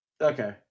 Okay